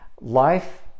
life